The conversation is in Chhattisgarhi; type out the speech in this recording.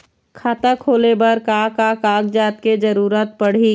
खाता खोले बर का का कागजात के जरूरत पड़ही?